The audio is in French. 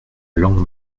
langue